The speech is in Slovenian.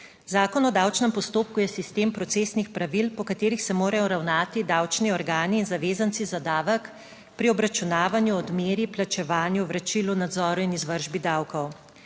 Zakon o davčnem postopku je sistem procesnih pravil, po katerih se morajo ravnati davčni organi in zavezanci za davek pri obračunavanju, odmeri, plačevanju, vračilu, nadzoru in izvršbi davkov,